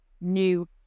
new